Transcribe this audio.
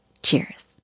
Cheers